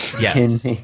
Yes